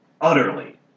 utterly